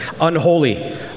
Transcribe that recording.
Unholy